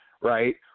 right